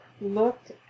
looked